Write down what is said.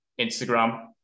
Instagram